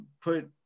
put